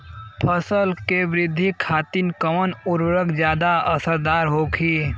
फसल के वृद्धि खातिन कवन उर्वरक ज्यादा असरदार होखि?